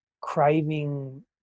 craving